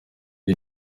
iyi